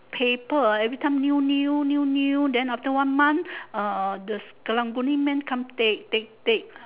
paper ah every time new new new new then after one month uh the karang-guni man come take take take